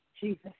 Jesus